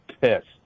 pissed